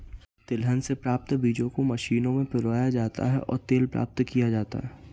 तिलहन से प्राप्त बीजों को मशीनों में पिरोया जाता है और तेल प्राप्त किया जाता है